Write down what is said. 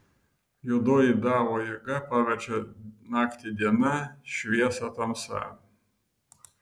juodoji dao jėga paverčia naktį diena šviesą tamsa